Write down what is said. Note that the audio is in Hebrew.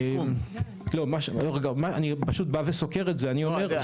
אני בא וסוקר את זה --- אני יודע,